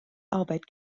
arbeit